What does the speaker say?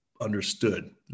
understood